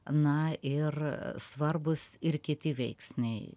na ir svarbūs ir kiti veiksniai